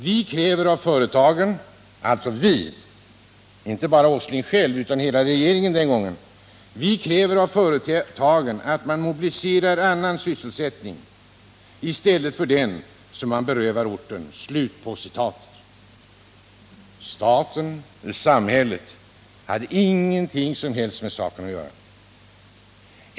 Vi” — alltså den gången inte bara herr Åsling själv utan hela regeringen — ”kräver av företagen att man mobiliserar annan sysselsättning i stället för den som man berövar orten.” Staten och samhället hade inget som helst med saken att göra.